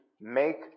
make